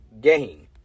game